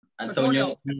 Antonio